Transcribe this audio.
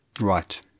Right